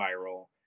viral